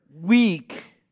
weak